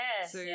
Yes